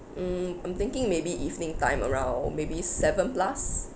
mm I'm thinking maybe evening time around maybe seven plus